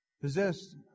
possessed